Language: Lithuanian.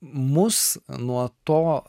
mus nuo to